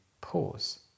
pause